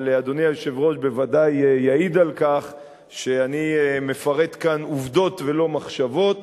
אבל אדוני היושב-ראש ודאי יעיד על כך שאני מפרט כאן עובדות ולא מחשבות